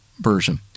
version